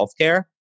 healthcare